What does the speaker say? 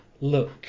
look